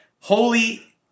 holy